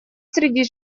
среди